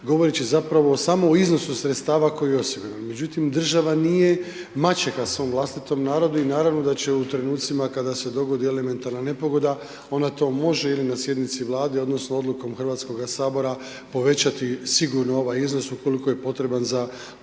govoreći zapravo samo o iznosu sredstva koji je osiguran. Međutim, država nije maćeha svom vlastitom narodu i naravno da će u trenucima kada se dogodi elementarna nepogoda, ona to može ili na sjednici Vlade odnosno odlukom HS-a povećati sigurno ovaj iznos ukoliko je potreban za tu